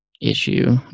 issue